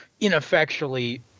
ineffectually